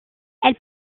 elle